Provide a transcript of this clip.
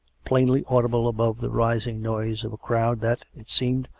plainly audible above the rising noise of a crowd that, it seemed,